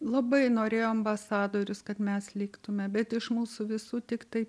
labai norėjo ambasadorius kad mes liktume bet iš mūsų visų tiktai